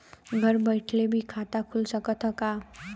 घरे बइठले भी खाता खुल सकत ह का?